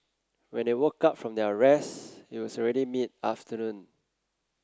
when they woke up from their rest it was already mid afternoon